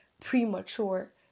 premature